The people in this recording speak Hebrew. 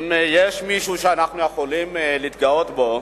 אם יש מישהו שאנחנו יכולים להתגאות בו